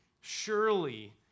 Surely